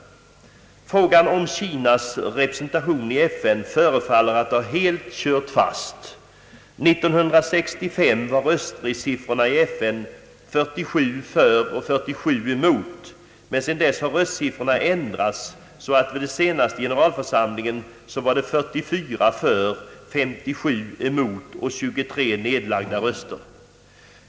Frågan om Kinas representation i FN förefaller att ha helt kört fast. 1965 var röstsiffrorna i FN 47—47, men sedan dess har röstsiffrorna ändrats, så att det vid senaste generalförsamlingen var 44 för och 57 emot samt 23 nedlagda röster.